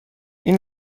این